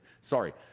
Sorry